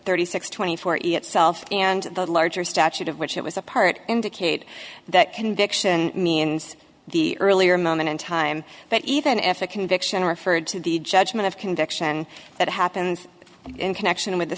thirty six twenty four itself and the larger statute of which it was a part indicate that conviction means the earlier moment in time but even if a conviction referred to the judgment of conviction that happens in connection with the